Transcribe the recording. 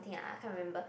thing ah I can't remember